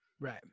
right